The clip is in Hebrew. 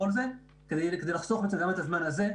כדי לחסוך את הזמן הזה.